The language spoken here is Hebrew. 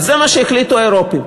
זה מה שהחליטו האירופים.